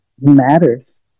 matters